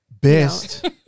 Best